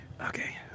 Okay